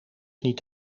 niet